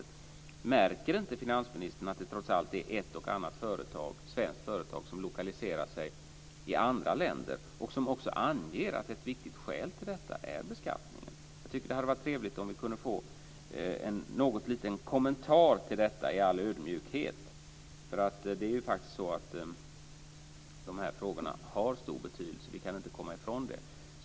Märker inte finansministern att det trots allt är ett och annat svenskt företag som lokaliserar sig i andra länder och som också anger att ett viktigt skäl för detta är beskattningen? Jag tycker att det hade varit trevligt om vi hade kunnat få någon liten kommentar till detta i all ödmjukhet. Det är ju faktiskt så att de här frågorna har stor betydelse. Det kan vi inte komma ifrån.